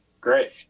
Great